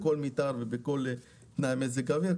בכל מתאר ובכל תנאי מזג האוויר.